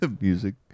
music